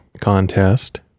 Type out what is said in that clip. contest